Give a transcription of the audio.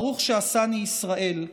ברוך שעשני ישראל,